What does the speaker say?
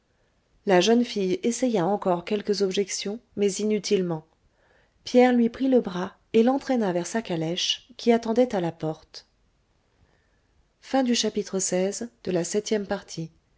la jeune fille essaya encore quelques objections mais inutilement pierre lui prit le bras et l'entraîna vers sa calèche qui attendait à la porte